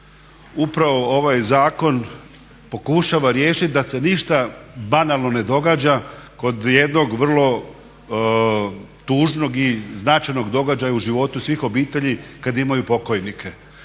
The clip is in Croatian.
Upravo ovaj zakon pokušava riješit da se ništa banalno ne događa kod jednog vrlo tužnog i značajnog događaja u životu svih obitelji kad imaju pokojnike.